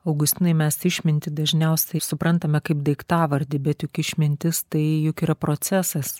augustinai mes išmintį dažniausiai suprantame kaip daiktavardį bet juk išmintis tai juk yra procesas